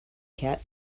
cat